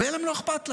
ואלה, לא אכפת להם.